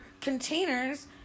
containers